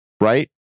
right